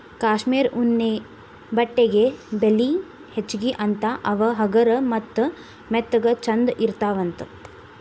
cashmere ಉಣ್ಣೆ ಬಟ್ಟೆಗೆ ಬೆಲಿ ಹೆಚಗಿ ಅಂತಾ ಅವ ಹಗರ ಮತ್ತ ಮೆತ್ತಗ ಚಂದ ಇರತಾವಂತ